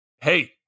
Hey